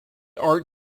art